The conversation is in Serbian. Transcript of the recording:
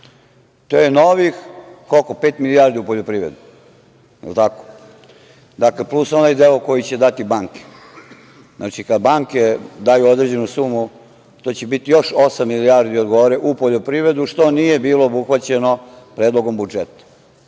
To je novih pet milijardi poljoprivredi. Je li tako? Dakle, plus onaj deo koji će dati banke. Znači, kada banke daju određenu sumu, to će biti još osam milijardi u poljoprivredu, što nije bilo obuhvaćeno predlogom budžeta.